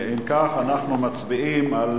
אם כך, אנחנו מצביעים על